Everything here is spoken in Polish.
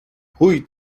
chuj